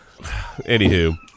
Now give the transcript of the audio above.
Anywho